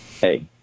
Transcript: Hey